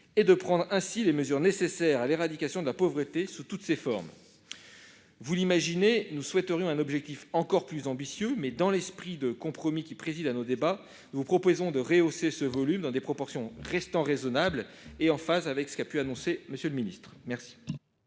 et de prendre ainsi les mesures nécessaires à l'éradication de la pauvreté sous toutes ses formes. Vous l'imaginez, mes chers collègues, nous souhaiterions un objectif encore plus ambitieux, mais, dans l'esprit de compromis qui préside à nos débats, nous vous proposons de rehausser ce volume dans des proportions raisonnables, qui restent en phase avec les annonces de M. le ministre. Quel